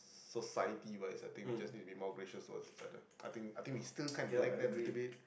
society but is a thing we just need more gracious was settled I think I think we still can't let them to be